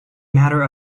matter